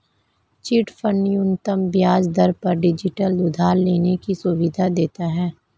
chit fund न्यूनतम ब्याज दर पर डिजिटल उधार लेने की सुविधा देता है